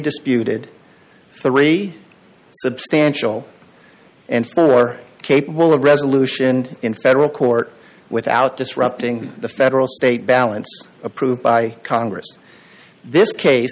disputed three substantial and are capable of resolution in federal court without disrupting the federal state balance approved by congress this case